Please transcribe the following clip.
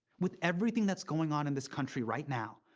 with everything that's going on in this country right now,